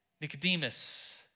Nicodemus